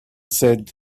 said